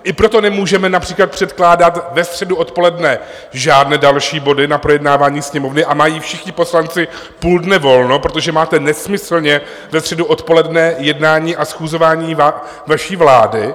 I proto nemůžeme například předkládat ve středu odpoledne žádné další body na projednávání Sněmovny a mají všichni poslanci půl dne volno, protože máte nesmyslně ve středu odpoledne jednání a schůzování vaší vlády.